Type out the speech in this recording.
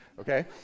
okay